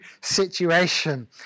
situation